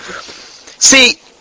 See